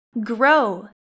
grow